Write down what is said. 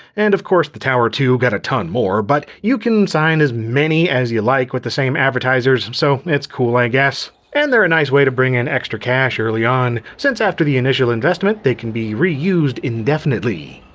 and of course the tower ii got a ton more, but you can sign as many as you like with the same advertisers so it's cool i guess. and they're a nice way to bring in extra cash early on, since after the initial investment they can be reused indefinitely.